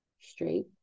straight